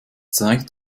zeigt